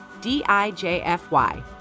D-I-J-F-Y